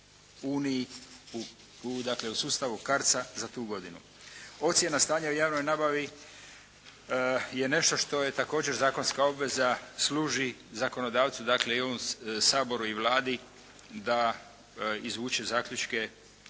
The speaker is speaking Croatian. dakle, u sustavu KARDS-a za tu godinu. Ocjena stanja u javnoj nabavi je nešto što je također zakonska obveza, služi zakonodavcu dakle, i ovom Saboru i Vladi da izvuče zaključke